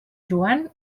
joan